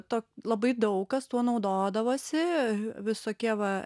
to labai daug kas tuo naudodavosi visokie va